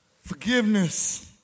Forgiveness